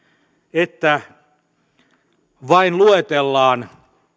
että vain luetellaan